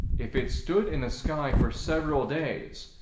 if it stood in the sky for several days,